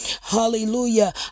Hallelujah